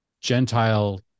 Gentile